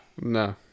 No